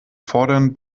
fordern